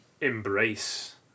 Embrace